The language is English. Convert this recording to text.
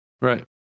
Right